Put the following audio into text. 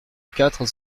quatre